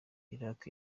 iraq